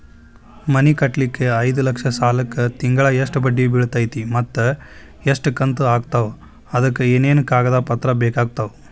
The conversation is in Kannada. ಮನಿ ಕಟ್ಟಲಿಕ್ಕೆ ಐದ ಲಕ್ಷ ಸಾಲಕ್ಕ ತಿಂಗಳಾ ಎಷ್ಟ ಬಡ್ಡಿ ಬಿಳ್ತೈತಿ ಮತ್ತ ಎಷ್ಟ ಕಂತು ಆಗ್ತಾವ್ ಅದಕ ಏನೇನು ಕಾಗದ ಪತ್ರ ಬೇಕಾಗ್ತವು?